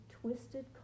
twisted